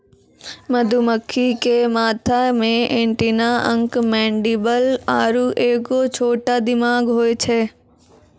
मधुमक्खी के माथा मे एंटीना अंक मैंडीबल आरु एगो छोटा दिमाग होय छै